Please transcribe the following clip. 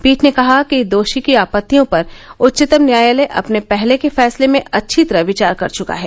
पीठ ने कहा कि दोषी की आपत्तियों पर उच्चतम न्यायालय अपने पहले के फैसले में अच्छी तरह विचार कर चुका है